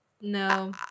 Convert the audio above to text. No